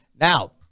Now